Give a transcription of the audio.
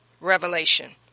Revelation